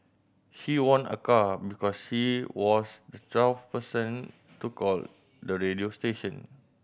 she won a car because she was the twelfth person to call the radio station